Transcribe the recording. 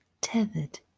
Tethered